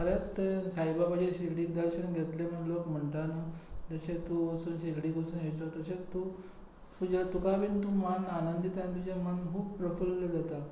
खरेंच थंय साईबाबाचे शिरडीक दर्शन घेतले म्हूण लोक म्हणटा न्हय तशें तूं वचून शिरडीक वचून येयसर तुजें तूं तुका बी मन आनंदीत आनी तुजें मन खूब प्रफुल्ल जाता